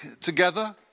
together